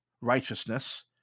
righteousness